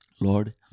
Lord